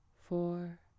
four